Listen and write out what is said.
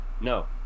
No